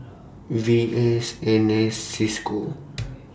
V S N S CISCO